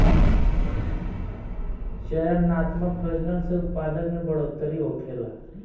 चयनात्मक प्रजनन से उत्पादन में बढ़ोतरी होखेला